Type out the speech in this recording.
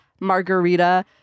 margarita